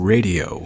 Radio